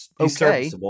okay